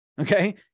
Okay